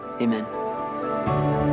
Amen